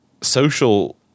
social